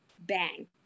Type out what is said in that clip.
bang